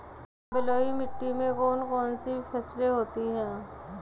बलुई मिट्टी में कौन कौन सी फसलें होती हैं?